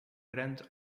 grande